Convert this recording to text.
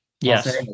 Yes